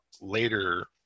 later